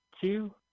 two